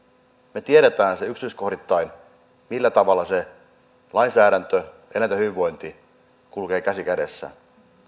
me tiedämme yksityiskohdittain millä tavalla se lainsäädäntö ja eläinten hyvinvointi kulkevat käsi kädessä